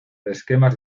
esquemas